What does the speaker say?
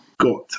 got